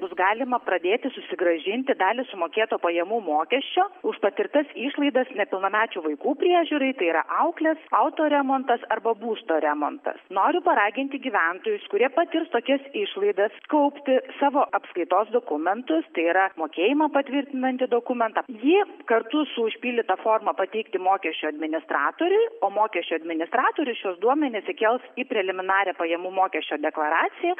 bus galima pradėti susigrąžinti dalį sumokėto pajamų mokesčio už patirtas išlaidas nepilnamečių vaikų priežiūrai tai yra auklės autoremontas arba būsto remontas noriu paraginti gyventojus kurie patirs tokias išlaidas kaupti savo apskaitos dokumentus tai yra mokėjimą patvirtinantį dokumentą jį kartu su užpildyta forma pateikti mokesčių administratoriui o mokesčių administratorius šiuos duomenis įkels į preliminarią pajamų mokesčio deklaraciją